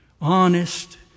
honest